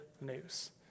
news